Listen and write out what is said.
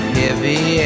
heavy